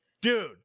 Dude